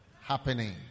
happening